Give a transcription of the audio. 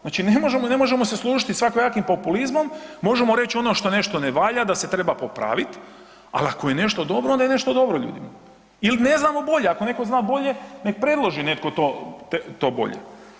Znači, ne možemo, ne možemo se služiti svakojakim populizmom, možemo reć ono što nešto ne valja da se treba popravit, al ako je nešto dobro onda je nešto dobro ljudi moji il ne znamo bolje, ako neko zna bolje nek predloži netko to, to bolje.